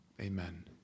Amen